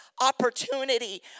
opportunity